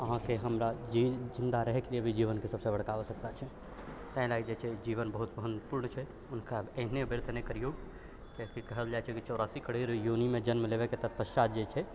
अहाँके हमरा जिन्दा रहैके लिए भी जीवन सबसँ बड़का आवश्यकता छै ताहि लऽ कऽ जे छै जीवन बहुत महत्वपूर्ण छै हुनका एहने व्यर्थ नहि करिऔ कियाकि कहल जाइ छै चौरासी करोड़ योनिमे जनम लेबै तत्पश्चात जे छै